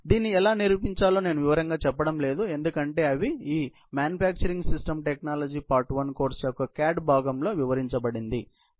దీన్ని ఎలా నిరూపించాలో నేను వివరంగా చెప్పడం లేదు ఎందుకంటే అవి ఈ manufacturing system technology part 1 course యొక్క క్యాడ్ భాగంలో వివరించబడింది